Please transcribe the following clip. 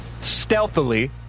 stealthily